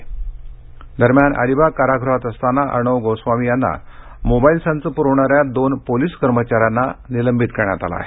रायगड दरम्यान अलिबाग कारागृहात असताना अर्णब गोस्वामी यांना मोबाईल पुरवणा या दोन पोलिस कर्मचाऱ्यांना निलंबित करण्यात आलं आहे